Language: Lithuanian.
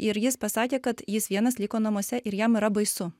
ir jis pasakė kad jis vienas liko namuose ir jam yra baisu